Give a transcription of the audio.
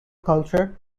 culture